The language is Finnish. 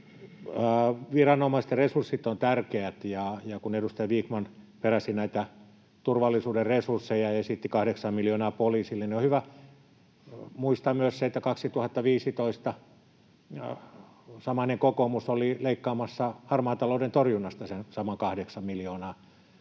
Viranomaisten resurssit ovat tärkeät, ja kun edustaja Vikman peräsi näitä turvallisuuden resursseja ja esitti kahdeksan miljoonaa poliisille, niin on hyvä muistaa myös se, että 2015 samainen kokoomus oli leikkaamassa harmaan talouden torjunnasta sen saman kahdeksan miljoonaa.